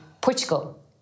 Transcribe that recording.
Portugal